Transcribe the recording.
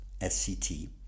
SCT